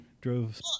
drove